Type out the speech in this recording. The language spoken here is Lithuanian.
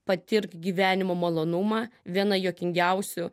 patirk gyvenimo malonumą viena juokingiausių